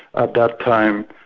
at that time,